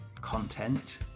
content